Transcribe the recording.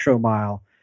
Mile